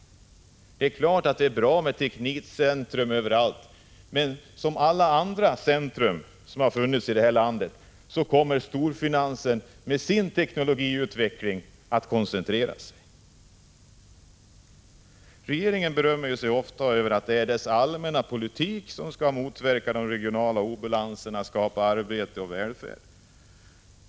Visst är det bra med teknikcentra överallt, men som skett på alla andra håll i vårt land kommer storfinansen med sin teknologiutveckling att koncentrera sin verksamhet. Regeringen berömmer ju sig ofta över att det är dess allmänna politik som skall motverka de regionala obalanserna och som skall skapa arbete och välfärd.